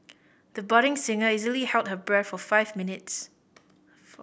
the budding singer easily held her breath for five minutes